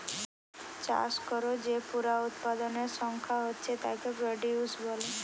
চাষ কোরে যে পুরা উৎপাদনের সংখ্যা হচ্ছে তাকে প্রডিউস বলে